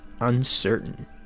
uncertain